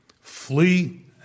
flee